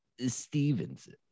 Stevenson